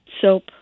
soap